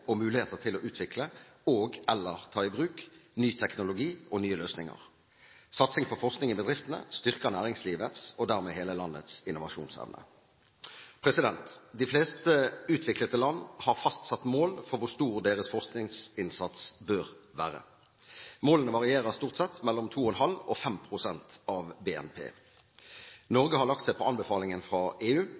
og muligheter til å utvikle og/eller ta i bruk ny teknologi og nye løsninger. Satsing på forskning i bedriftene styrker næringslivets og dermed hele landets innovasjonsevne. De fleste utviklede land har fastsatt mål for hvor stor deres forskningsinnsats bør være. Målene varierer stort sett mellom 2,5 og 5 pst. av BNP. Norge har lagt seg på anbefalingen fra EU